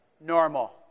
normal